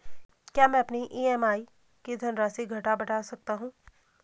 क्या मैं अपनी ई.एम.आई की धनराशि घटा बढ़ा सकता हूँ?